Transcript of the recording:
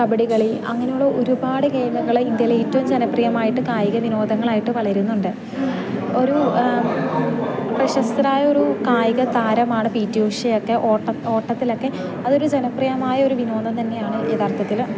കബഡികളി അങ്ങനെയുള്ള ഒരുപാട് ഗെയിമുകൾ ഇന്ത്യയിലെ ഏറ്റവും ജനപ്രിയമായിട്ട് കായിക വിനോദങ്ങളായിട്ട് വളരുന്നതു കൊണ്ട് ഒരു പ്രശസ്തരായ ഒരു കായിക താരമാണ് പി റ്റി ഉഷയൊക്കെ ഓട്ടത്ത് ഓട്ടത്തിലൊക്കെ അതൊരു ജനപ്രിയമായ ഒരു വിനോദം തന്നെയാണ് യഥാർത്ഥത്തിൽ